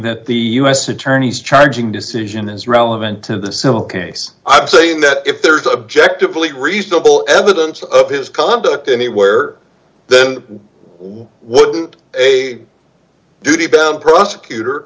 that the u s attorney's charging decision is relevant to the civil case i'm saying that if there is objectively reasonable evidence of his conduct anywhere then why wouldn't a duty bound prosecutor